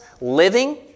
living